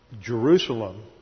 Jerusalem